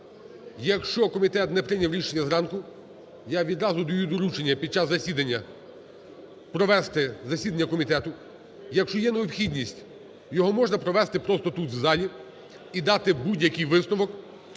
Якщо комітет не прийняв рішення зранку, я відразу даю доручення під час засідання провести засідання комітету. Якщо є необхідність, його можна провести просто тут, в залі, і дати будь-який висновок